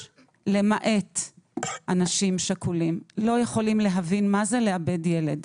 - למעט אנשים שכולים לא יכול להבין מה זה לאבד ילד.